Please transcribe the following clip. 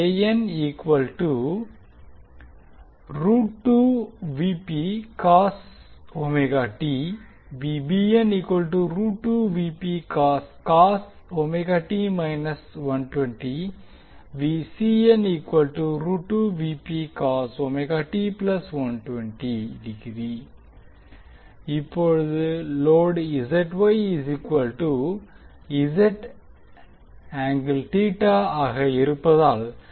இப்போது லோடு ஆக இருந்தால்